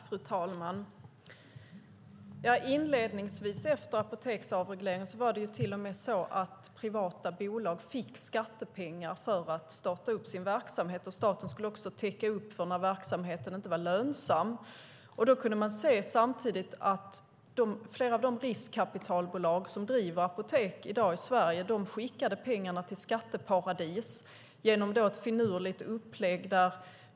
Fru talman! Inledningsvis efter apoteksavregleringen fick privata bolag skattepengar för att starta upp sin verksamhet. Staten skulle täcka upp när verksamheten inte var lönsam. Man kunde se att flera av de riskkapitalbolag som i dag driver apotek i Sverige skickade pengarna till skatteparadis genom ett finurligt upplägg.